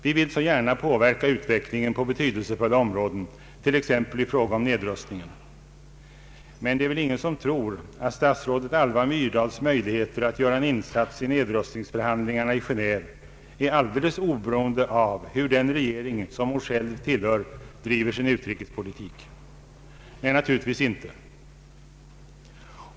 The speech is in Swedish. Vi vill så gärna påverka utvecklingen på betydelsefulla områden, t.ex. i fråga om nedrustningen. Men det är väl ingen som tror att statsrådet Alva Myrdals möjligheter att göra en insats i nedrustningsförhandlingarna i Geneve är alldeles oberoende av hur den regering, som hon själv tillhör, driver sin utrikespolitik. Nej, naturligtvis inte.